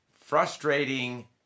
frustrating